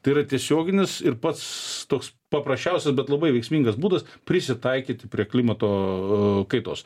tai yra tiesioginis ir pats toks paprasčiausias bet labai veiksmingas būdas prisitaikyti prie klimato kaitos